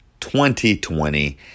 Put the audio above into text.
2020